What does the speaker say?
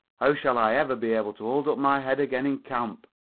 how shall i ever be able to hold up my head again in camp?